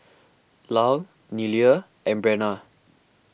Lyle Nealie and Brenna